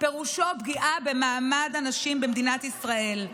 פירושו פגיעה במעמד הנשים במדינת ישראל.